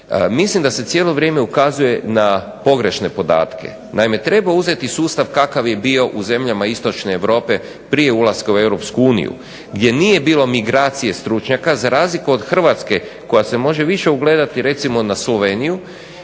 Mislim da se cijelo vrijeme ukazuje na pogrešne podatke. Naime, treba uzeti sustav kakav je bio u zemljama istočne Europe prije ulaska u Europsku uniju gdje nije bilo migracije stručnjaka za razliku od Hrvatske koja se može više ugledati recimo na Sloveniju